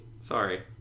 Sorry